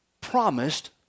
promised